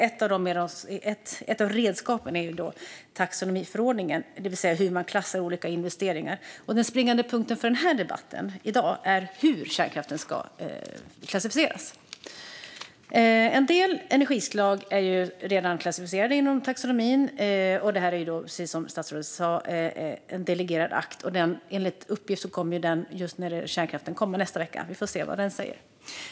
Ett av redskapen är taxonomiförordningen, det vill säga hur man klassar olika investeringar. Den springande punkten för debatten i dag är hur kärnkraften ska klassificeras. En del energislag är redan klassificerade inom taxonomin, och precis som statsrådet sa är det fråga om en delegerad akt. Enligt uppgift kommer en sådan i nästa vecka, och vi får se vad den säger.